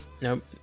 nope